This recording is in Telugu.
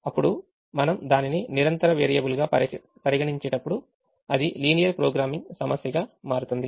అప్పుడు మనం దానిని నిరంతర వేరియబుల్గా పరిగణించేటప్పుడు అది లీనియర్ ప్రోగ్రామింగ్ సమస్యగా మారుతుంది